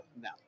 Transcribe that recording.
No